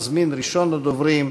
אני מזמין את ראשון הדוברים,